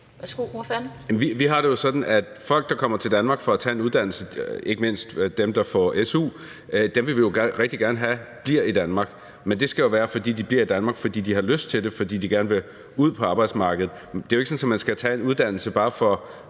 Vi har det jo sådan, at folk, der kommer til Danmark for at tage en uddannelse – ikke mindst dem, der får su – vil vi jo rigtig gerne have bliver i Danmark, men det skal jo være, fordi de har lyst til det og gerne vil ud på arbejdsmarkedet. Det er jo ikke sådan, at man skal tage en uddannelse, bare fordi